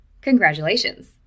congratulations